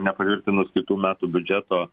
nepatvirtinus kitų metų biudžeto